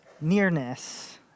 Nearness